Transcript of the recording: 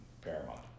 paramount